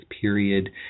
period